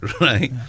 right